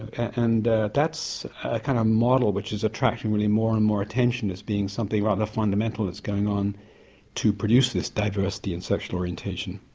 and that's a kind of model which is attracting more and more attention as being something rather fundamental that's going on to produce this diversity in sexual orientation.